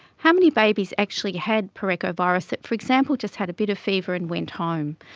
how many babies actually had parechovirus that, for example, just had a bit of fever and went home?